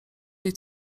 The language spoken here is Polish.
jej